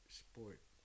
sport